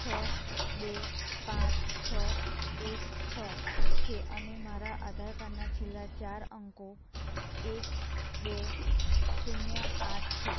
છ બે પાંચ છ એક છ છે અને મારા આધારકાર્ડના છેલ્લા ચાર અંકો એક બે શૂન્ય આઠ છે